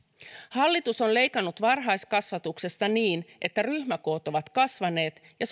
hallitus on leikannut varhaiskasvatuksesta niin että ryhmäkoot ovat kasvaneet ja